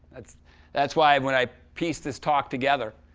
that's that's why when i pieced this talk together,